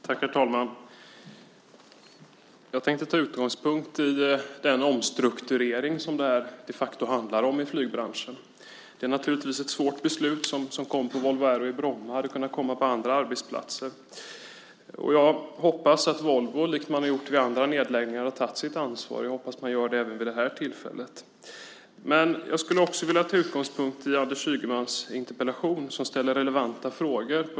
Herr talman! Jag tar utgångspunkt i den omstrukturering som det här handlar om i flygbranschen. Det är naturligtvis ett svårt beslut som kom på Volvo Aero i Bromma. Det hade kunnat komma på andra arbetsplatser. Jag hoppas att Volvo som vid andra nedläggningar har tagit sitt ansvar gör det även vid det här tillfället. Jag vill också ta utgångspunkt i Anders Ygemans interpellation som ställer relevanta frågor.